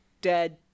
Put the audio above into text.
dead